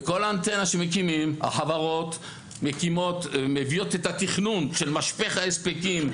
בכל אנטנה שמקימים החברות מביאות את התכנון של משפך ההספקים,